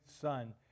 Son